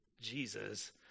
Jesus